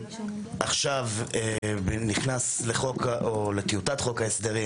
עכשיו נכנס לטיוטת חוק ההסדרים